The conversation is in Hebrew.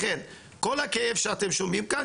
לכן בכל הכאב שאתם שומעים כאן,